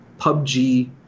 PUBG